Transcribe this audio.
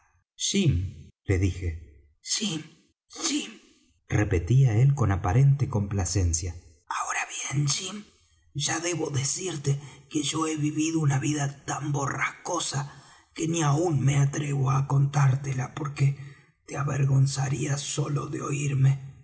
jim le dije jim jim repetía él con aparente complacencia ahora bien jim ya debo decirte que yo he vivido una vida tan borrascosa que ni aun me atrevo á contártela porque te avergonzarías sólo de oirme